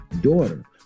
daughter